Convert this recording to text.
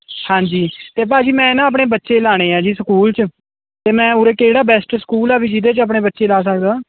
ਹਾਂਜੀ ਅਤੇ ਭਾਅ ਜੀ ਮੈਂ ਨਾ ਆਪਣੇ ਬੱਚੇ ਲਗਾਉਣੇ ਆ ਜੀ ਸਕੂਲ 'ਚ ਅਤੇ ਮੈਂ ਉਰੇ ਕਿਹੜਾ ਬੈਸਟ ਸਕੂਲ ਆ ਵੀ ਜਿਹਦੇ 'ਚ ਆਪਣੇ ਬੱਚੇ ਲਗਾ ਸਕਦਾ